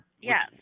Yes